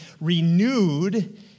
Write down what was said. renewed